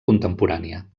contemporània